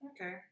okay